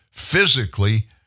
physically